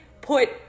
put